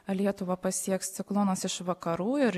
lietuvą pasieks ciklonas iš vakarų ir